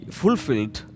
fulfilled